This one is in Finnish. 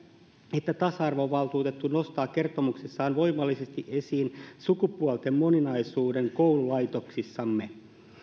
että tasa arvovaltuutettu nostaa kertomuksessaan voimallisesti esiin sukupuolten moninaisuuden koululaitoksissamme